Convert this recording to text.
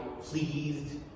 pleased